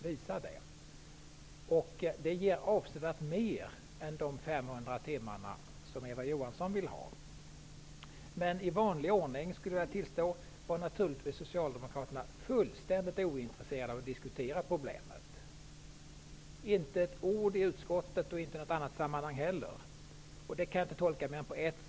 Vårt förslag ger avsevärt mer än de 500 timmar som I vanlig ordning, skulle jag vilja tillstå, var socialdemokarterna naturligtvis fullständigt ointresserade av att diskutera problemet. Man sade inte ett ord i utskottet eller i något annat sammanhang. Det kan jag inte tolka på mer än ett sätt.